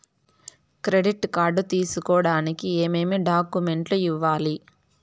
credit card తీసుకోడానికి ఏమేమి డాక్యుమెంట్లు ఇవ్వాలి